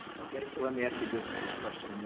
okay, so let me ask you this this question, and